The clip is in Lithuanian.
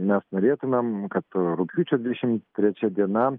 mes norėtumėm kad rugpjūčio dvidešim trečia diena